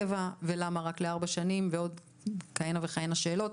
קבע ולמה רק לארבע שנים ועוד כהנה וכהנה שאלות